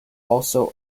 also